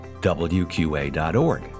WQA.org